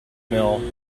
mill